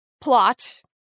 plot